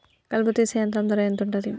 కలుపు తీసే యంత్రం ధర ఎంతుటది?